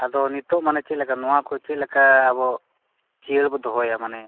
ᱟᱫᱚ ᱱᱤᱛᱚᱜ ᱢᱟᱱᱮ ᱪᱮᱫ ᱞᱮᱠᱟ ᱱᱚᱣᱟ ᱠᱚ ᱪᱮᱫ ᱞᱮᱠᱟ ᱟᱵᱚ ᱡᱤᱭᱟᱹᱲ ᱵᱚ ᱫᱚᱦᱚᱭᱟ ᱢᱟᱱᱮ